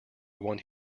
one